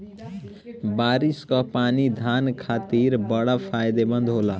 बारिस कअ पानी धान खातिर बड़ा फायदेमंद होला